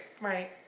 right